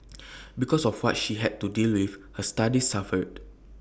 because of what she had to deal with her studies suffered